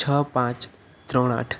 છ પાંચ ત્રણ આઠ